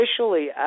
Officially